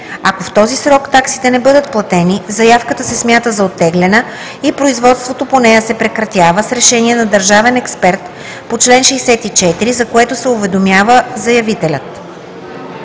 Ако в този срок таксите не бъдат платени, заявката се смята за оттеглена и производството по нея се прекратява с решение на държавен експерт по чл. 64, за което се уведомява заявителят.